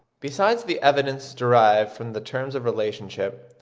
besides the evidence derived from the terms of relationship,